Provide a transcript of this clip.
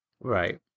Right